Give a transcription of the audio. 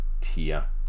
tier